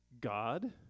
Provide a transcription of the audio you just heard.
God